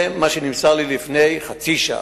זה מה שנמסר לי לפני חצי שעה.